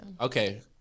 Okay